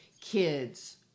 Kids